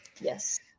yes